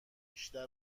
بیشتر